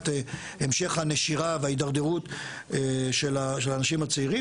במניעת המשך הנשירה וההידרדרות של האנשים הצעירים,